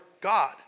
God